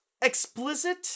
explicit